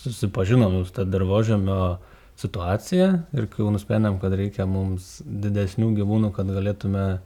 susipažinom jau su ta dirvožemio situacija ir kai jau nusprendėm kad reikia mums didesnių gyvūnų kad galėtume